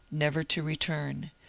never to return.